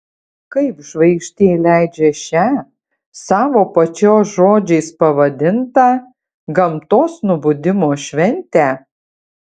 kaip žvaigždė leidžią šią savo pačios žodžiais pavadintą gamtos nubudimo šventę